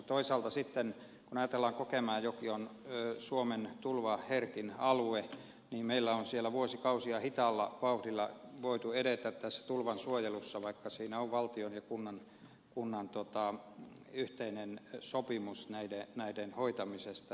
toisaalta sitten kun ajatellaan että kokemäenjoki on suomen tulvaherkin alue niin meillä on siellä vuosikausia hitaalla vauhdilla voitu edetä tässä tulvasuojelussa vaikka siinä on valtion ja kunnan yhteinen sopimus näiden hoitamisesta